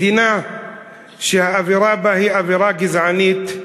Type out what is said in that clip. מדינה שהאווירה בה היא אווירה גזענית,